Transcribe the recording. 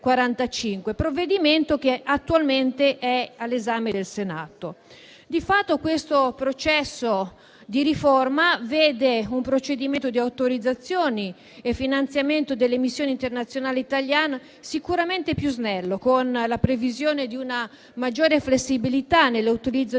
provvedimento è attualmente all'esame del Senato. Il processo di riforma vede un procedimento di autorizzazione e finanziamento delle missioni internazionali italiane sicuramente più snello, con la previsione di una maggiore flessibilità nell'utilizzo